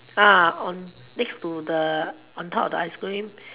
uh on next to the on top of the ice cream